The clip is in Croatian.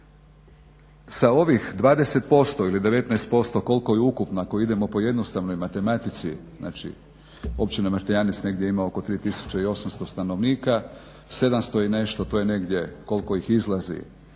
Sa ovih 20% ili 19% koliko je ukupno ako idemo po jednostavnoj matematici znači općina Martijanec ima negdje oko 3800 stanovnika. 700 i nešto to je negdje koliko ih izlazi,